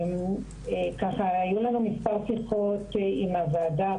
היו לנו מספר שיחות עם הוועדה.